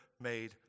made